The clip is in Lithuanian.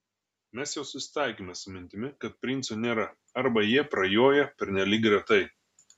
mes jau susitaikėme su mintimi kad princų nėra arba jie prajoja pernelyg retai